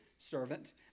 servant